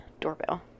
doorbell